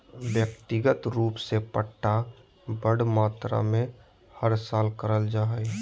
व्यक्तिगत रूप से पट्टा बड़ मात्रा मे हर साल करल जा हय